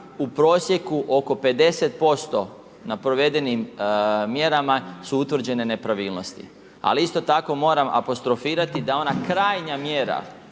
u prosjeku oko 50% na provedenim mjerama su utvrđene nepravilnosti. Ali isto tako moram apostrofirati da ona krajnja mjera,